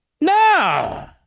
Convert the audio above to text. No